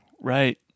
Right